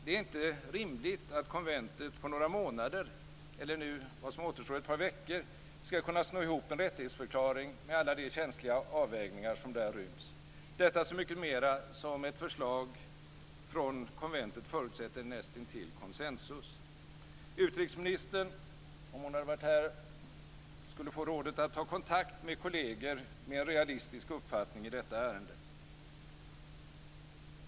Det är inte rimligt att konventet på några månader - eller vad som nu återstår ett par veckor - ska kunna sno ihop en rättighetsförklaring med alla de känsliga avvägningar som där ryms - detta så mycket mera som ett förslag från konventet förutsätter nästintill konsensus. Utrikesministern skulle, om hon hade varit här, få rådet att ta kontakt med kolleger med en realistisk uppfattning i detta ärende.